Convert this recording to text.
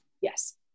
yes